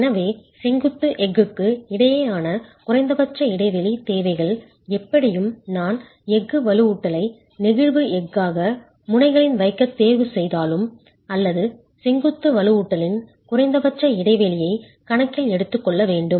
எனவே செங்குத்து எஃகுக்கு இடையேயான குறைந்தபட்ச இடைவெளி தேவைகள் எப்படியும் நான் எஃகு வலுவூட்டலை நெகிழ்வு எஃகாக முனைகளில் வைக்க தேர்வு செய்தாலும் அல்லது செங்குத்து வலுவூட்டலின் குறைந்தபட்ச இடைவெளியை கணக்கில் எடுத்துக்கொள்ள வேண்டும்